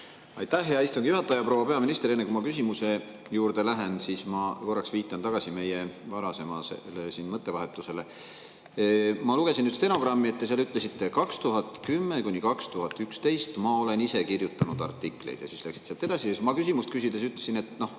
Aitäh, hea istungi juhataja! Proua peaminister! Enne, kui ma küsimuse juurde lähen, ma korraks viitan meie varasemale mõttevahetusele. Ma lugesin nüüd stenogrammi, te seal ütlesite: "2010–2011 ma olen ise kirjutanud artikleid." Siis läksite sealt edasi. Ma oma küsimust küsides ütlesin, et te